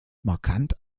markant